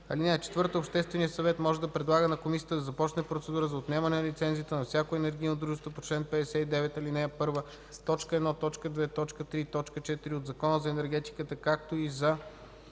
(4) Общественият съвет може да предлага на Комисията да започне процедура за отнемане на лицензията на всяко енергийно дружество по чл. 59, ал. 1, т. 1, т. 2, т. 3 и т. 4 от Закона за енергетиката, както и за